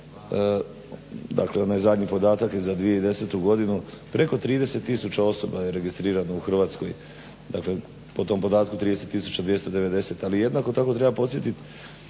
dakle onaj zadnji podatak je za 2010. Preko 30 tisuća osoba je registrirano u Hrvatskoj dakle, po tom podatku 30 tisuća 290 ali jednako tako treba podsjetit